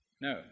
No